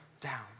down